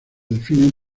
definen